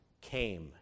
came